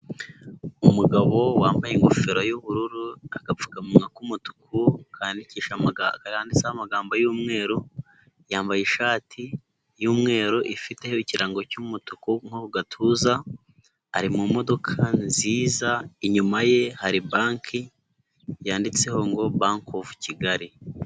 Umugabo wambaye ingofero y'ubururu, agapfukamunwa k'umutuku kanditseho amagambo y'umweru, yambaye ishati y'umweru, ifiteho ikirango cy'umutuku ku gatuza, ari mu modoka nziza, inyuma ye hari banki yanditseho ngo Bank of Kigali.